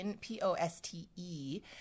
P-O-S-T-E